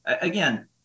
again